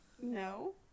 No